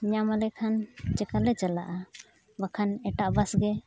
ᱧᱟᱢ ᱟᱞᱮ ᱠᱷᱟᱱ ᱪᱮᱠᱟᱞᱮ ᱪᱟᱞᱟᱜᱼᱟ ᱵᱟᱠᱷᱟᱱ ᱮᱴᱟᱜ ᱜᱮ